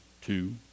two